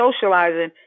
socializing